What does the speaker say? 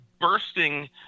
bursting